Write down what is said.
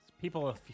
people